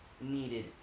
needed